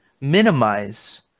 minimize